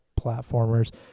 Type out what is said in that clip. platformers